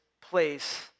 place